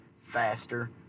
faster